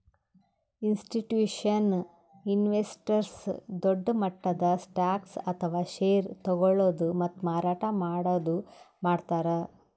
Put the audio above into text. institutional investors ದೊಡ್ಡ್ ಮಟ್ಟದ್ stocks ಅಥವಾ ಷೇರ್ ತಗೋಳದು ಮತ್ತ್ ಮಾರಾಟ್ ಮಾಡದು ಮಾಡ್ತಾರ್